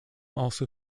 also